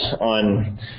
on